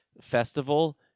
festival